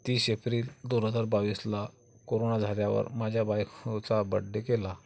तीस एप्रिल दोन हजार बावीसला कोरोना झाल्यावर माझ्या बायकोचा बड्डे केला